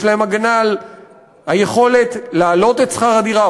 יש להם הגנה על היכולת להעלות את שכר הדירה,